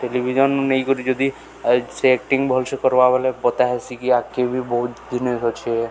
television ନେଇ କରି ଯଦି ସେ ଆକ୍ଟିଙ୍ଗ ଭଲ ସେ କରବା ବଲେ ପତା ହେସିକି ଆଗ ବି ବହୁତ ଜିନିଷ ଅଛେ